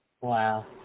Wow